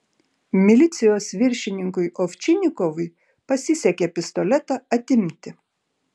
milicijos viršininkui ovčinikovui pasisekė pistoletą atimti